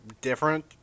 different